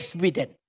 Sweden